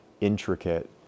intricate